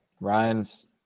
Ryan's